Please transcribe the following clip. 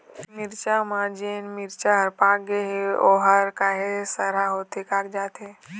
मिरचा म जोन मिरचा हर पाक गे हे ओहर काहे सरहा होथे कागजात हे?